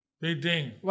beating